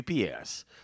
UPS